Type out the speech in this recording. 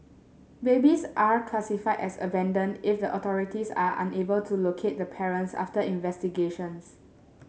babies are classified as abandon if the authorities are unable to locate the parents after investigations